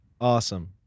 Awesome